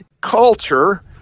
culture